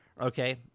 Okay